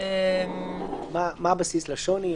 מה הבסיס לשוני?